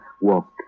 walked